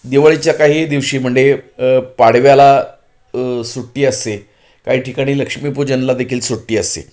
दिवाळीच्या काही दिवशी म्हणजे पाडव्याला सुट्टी असते काही ठिकाणी लक्ष्मीपूजनला देखील सुट्टी असते